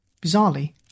Bizarrely